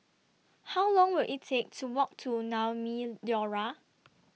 How Long Will IT Take to Walk to Naumi Liora